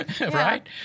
Right